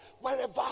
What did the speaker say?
wherever